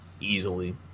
Easily